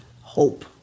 hope